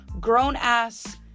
grown-ass